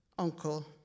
uncle